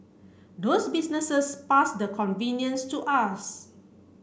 those businesses pass the convenience to us